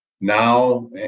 now